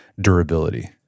durability